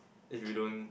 if you don't